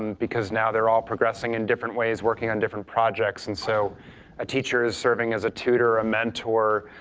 because now they're all progressing in different ways, working on different projects, and so a teacher is serving as a tutor, a mentor,